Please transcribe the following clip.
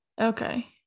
okay